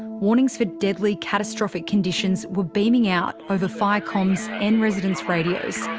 warnings for deadly catastrophic conditions were beaming out over fire comms and residents' radios.